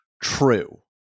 true